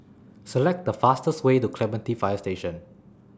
Select The fastest Way to Clementi Fire Station